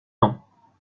temps